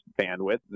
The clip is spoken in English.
bandwidth